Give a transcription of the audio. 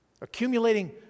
accumulating